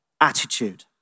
attitude